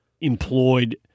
employed